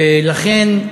ולכן,